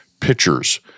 pitchers